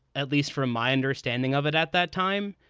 at least from my understanding of it at that time,